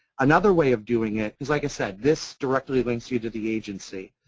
another way of doing it like i said, this directly links you to the agency.